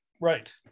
Right